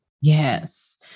Yes